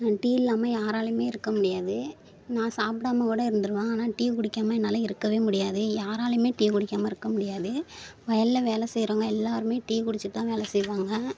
tea இல்லாமல் யாராலேயுமே இருக்க முடியாது நான் சாப்பிடாம கூட இருந்துடுவேன் ஆனால் டீ குடிக்காமல் என்னால் இருக்கவே முடியாது யாராலேயுமே டீ குடிக்காமல் இருக்க முடியாது வயலில் வேலை செய்கிறவங்க எல்லோருமே டீ குடித்துட்டுதான் வேலை செய்வாங்க